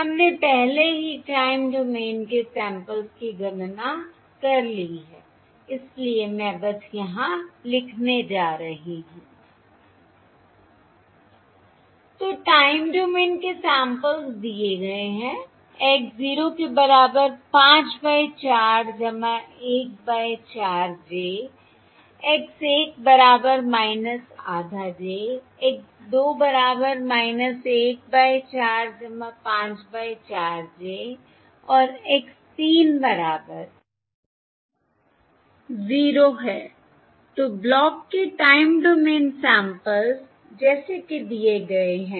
हमने पहले ही टाइम डोमेन के सैंपल्स की गणना कर ली है इसलिए मैं बस यहां लिखने जा रही हूं I तो टाइम डोमेन के सैंपल्स दिए गए हैं x 0 के बराबर 5 बाय 4 1 बाय 4 j x 1 बराबर आधा j x 2 बराबर 1 बाय 4 5 बाय 4 j और x 3 बराबर 0 है तो ब्लॉक के टाइम डोमेन सैंपल्स जैसे कि दिए गए हैं